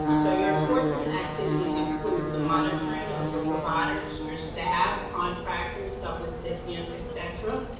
so your enforcement activities include the monitoring of your providers, your staff, contractors, sub-recipients, etc.